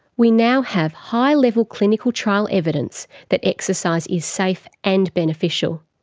we now have high level clinical trial evidence that exercise is safe and beneficial.